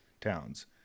towns